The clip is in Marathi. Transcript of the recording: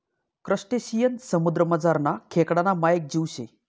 क्रसटेशियन समुद्रमझारना खेकडाना मायेक जीव शे